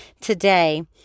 today